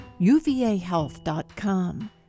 uvahealth.com